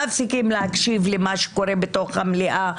מפסיקים להקשיב למה שקורה בתוך המליאה.